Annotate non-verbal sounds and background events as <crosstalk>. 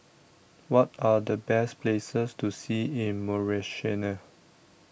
What Are The Best Places to See in <unintelligible>